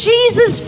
Jesus